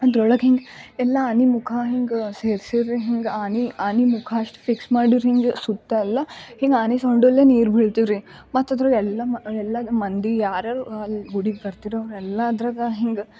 ಅದರೊಳಗೆ ಹಿಂಗ ಎಲ್ಲ ಆನೆ ಮುಖ ಹಿಂಗ ಸೇರಿಸಿರು ರೀ ಹಿಂಗ ಆನೆ ಆನೆ ಮುಖ ಅಷ್ಟು ಫಿಕ್ಸ್ ಮಾಡಿರು ಹಿಂಗ ಸುತ್ತ ಎಲ್ಲ ಹಿಂಗ ಆನೆ ಸೊಂಡಿಲು ನೀರು ಬೀಳ್ತೀವ್ರಿ ಮತ್ತು ಅದ್ರಾಗೆ ಎಲ್ಲ ಮ ಎಲ್ಲ ಮಂದಿ ಯಾರಾರು ಅಲ್ಲಿ ಗುಡಿಗೆ ಬರ್ತಿರು ಅವರೆಲ್ಲ ಅದ್ರಾಗೆ ಹಿಂಗ